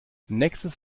nächstes